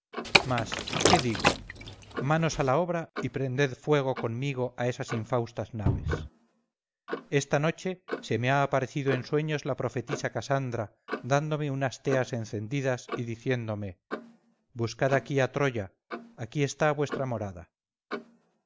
mas qué digo manos a la obra y prended fuego conmigo a esas infaustas naves esta noche se me ha aparecido en sueños la profetisa casandra dándome unas teas encendidas y diciéndome buscad aquí a troya aquí está vuestra morada